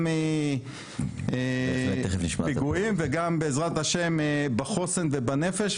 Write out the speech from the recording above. גם מפיגועים וגם בעזרת השם בחוסן ובנפש.